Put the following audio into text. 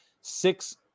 six